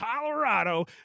Colorado